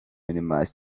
minimize